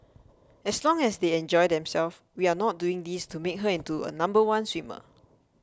as long as they enjoy themselves we are not doing this to make her into a number one swimmer